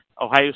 Ohio